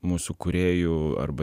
mūsų kūrėjų arba